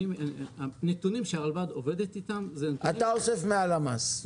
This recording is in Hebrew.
הנתונים שהרלב"ד עובדת איתם --- אתה אוסף מהלמ"ס.